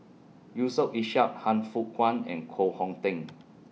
Yusof Ishak Han Fook Kwang and Koh Hong Teng